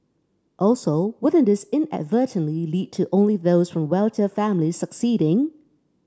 also wouldn't this inadvertently lead to only those from wealthier families succeeding